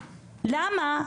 למה?